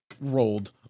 Rolled